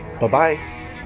Bye-bye